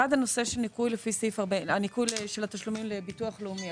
אחד הנושאים הוא ניכוי התשלומים לביטוח לאומי,